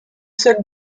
seule